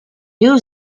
new